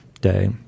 Day